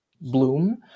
bloom